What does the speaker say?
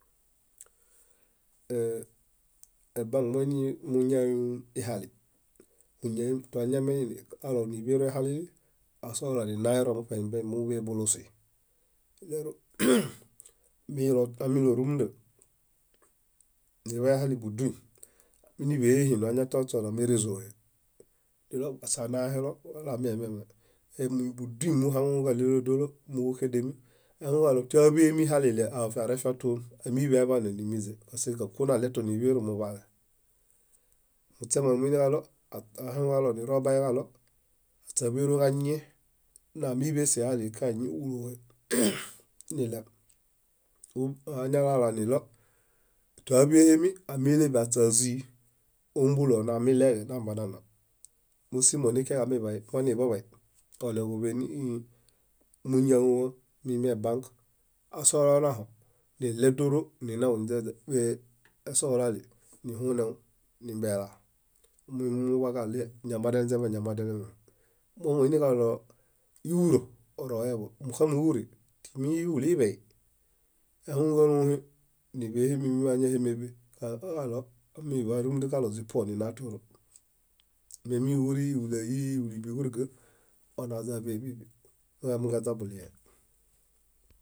. Ébãk moini muñawum ihali. Múñawum toañameinialo níḃero ehalili, asohula niźaninaero muṗe níźanimḃe buluusi. Milo ámilorumunda niḃay ehali búduy, níḃee hinum añatiaśona mérezohe niɭo aśe anahelo wala miememe témibuduy múhaŋuġaɭelodoolo móġuxedemi. Muhaŋuġaɭo tíaḃemi ihalili áfiaruefiaton ámiḃeaḃaane níminźe, muśe kákuon aɭeto níḃero muḃaale. Muśemo ahaŋuġaɭo nirobaeġaɭo aśe áḃeroġañie námiḃe sihali kañieġuluhe niɭew ú añalalaniɭo tóaḃehemi ámileḃe áśazii ómbolo namiɭeġe nambenana. Mósimo nikiaġe amiḃay moniḃaḃay oɭeġoḃe ní múñawum miimebãk asula onaho, níɭetooro ninaw niźaeḃee esohulali nihunew nimbelaa, mumuḃaġaɭie ñamo adialinźemiame, adialinźemiame. Momuiniġaɭo íwuro, oroheḃo, múxamuwuri muini íwuli iḃey, áhaŋuġalõhe níḃehemiañahemeḃe parapoġaɭo ámiḃarumunda źipuo nina tóoro. Mémiwuri íwuli ái, íwuli buiġuriga óźaźaḃebiḃi miġamuġaźa buɭie.